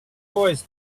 always